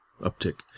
uptick